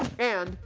and,